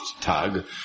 tug